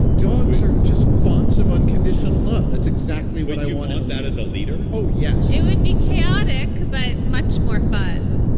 dogs are just phonce of unconditional love. that's exactly what i wanted. that is a leader oh, yes. it would be chaotic, but much more fun